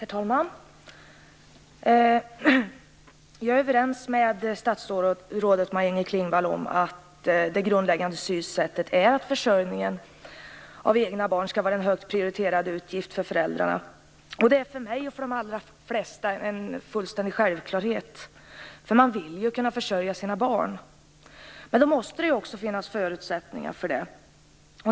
Herr talman! Jag är överens med statsrådet Maj Inger Klingvall om att det grundläggande synsättet är att försörjningen av egna barn skall vara en högt prioriterad utgift för föräldrarna. Det är för mig och de allra flesta en fullständig självklarhet. Föräldrarna vill kunna försörja sina barn. Men då måste det också finnas förutsättningar för det.